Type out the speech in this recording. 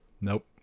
Nope